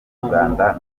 muganda